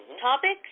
topics